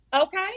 Okay